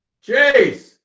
Chase